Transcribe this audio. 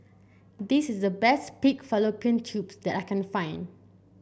this is the best Pig Fallopian Tubes that I can find